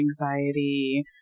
anxiety